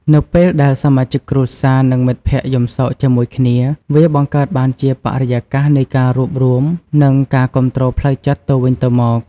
នៅពេលដែលសមាជិកគ្រួសារ និងមិត្តភក្តិយំសោកជាមួយគ្នា វាបង្កើតបានជាបរិយាកាសនៃការរួបរួម និងការគាំទ្រផ្លូវចិត្តទៅវិញទៅមក។